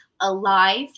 alive